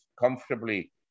comfortably